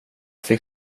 fick